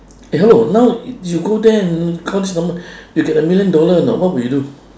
eh hello now you go there and call this number you get a million dollar know what would you do